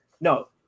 No